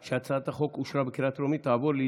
ההצעה להעביר את הצעת חוק בטיחות בתעסוקה ובריאות תעסוקתית,